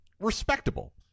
respectable